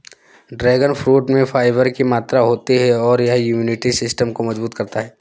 dragon fruit में fibre की मात्रा होती है और यह इम्यूनिटी सिस्टम को मजबूत करता है